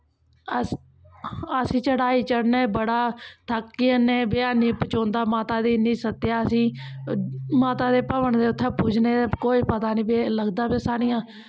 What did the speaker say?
अस अस चढ़ाई चढ़ने बड़ा थक्की जन्ने ब हैनी पजोंदा माता दी इन्ना सत्या सी माता दे भवन दे उत्थें पुज्जने कोई पता नी भई लगदा भई साढ़ियां